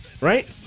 right